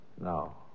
No